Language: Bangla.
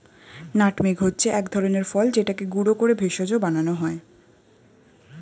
নাটমেগ হচ্ছে এক ধরনের ফল যেটাকে গুঁড়ো করে ভেষজ বানানো হয়